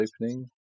opening